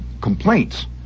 complaints